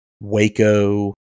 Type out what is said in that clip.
Waco